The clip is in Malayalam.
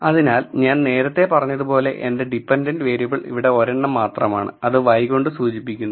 അതിനാൽ ഞാൻ നേരത്തെ പറഞ്ഞതുപോലെ എന്റെ ഡിപെൻഡന്റ് വേരിയബിൾ ഇവിടെ ഒരെണ്ണം മാത്രമാണ് അത് y കൊണ്ട് സൂചിപ്പിക്കുന്നു